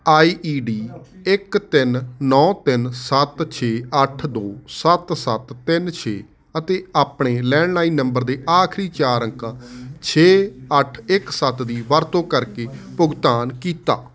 ਆਈ E D ਇੱਕ ਤਿੰਨ ਨੌਂ ਤਿੰਨ ਸੱਤ ਛੇ ਅੱਠ ਦੋ ਸੱਤ ਸੱਤ ਤਿੰਨ ਛੇ ਅਤੇ ਆਪਣੇ ਲੈਂਡਲਾਈਨ ਨੰਬਰ ਦੇ ਆਖਰੀ ਚਾਰ ਅੰਕਾਂ ਛੇ ਅੱਠ ਇੱਕ ਸੱਤ ਦੀ ਵਰਤੋਂ ਕਰਕੇ ਭੁਗਤਾਨ ਕੀਤਾ